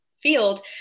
field